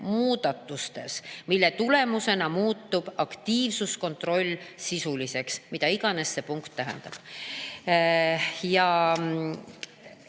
muudatustes, mille tulemusena muutuks aktiivsuskontroll sisulisemaks." Mida iganes see punkt tähendab,